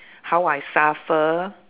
how I suffer